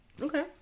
okay